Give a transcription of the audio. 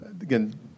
Again